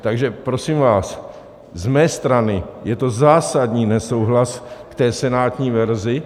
Takže prosím vás, z mé strany je to zásadní nesouhlas k senátní verzi.